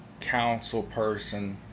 Councilperson